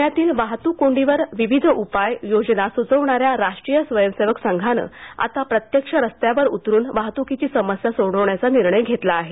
प्ण्यातील वाहतूक कोंडीवर विविध उपाय योजना सुचवणाऱ्या राष्ट्रीय स्वयंसेवक संघानं आता प्रत्यक्ष रस्त्यावर उतरून वाहतुकीची समस्या सोडवण्याचा निर्णय घेतला आहे